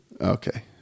Okay